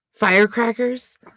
Firecrackers